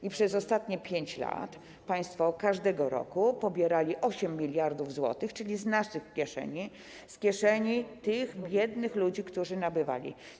I przez ostatnie 5 lat państwo każdego roku pobierali 8 mld zł, z naszych kieszeni, z kieszeni tych biednych ludzi, którzy nabywali.